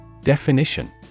Definition